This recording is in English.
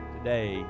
Today